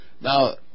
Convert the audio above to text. Now